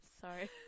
Sorry